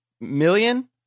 million